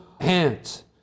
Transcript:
hands